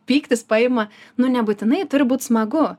pyktis paima nu nebūtinai turi būt smagu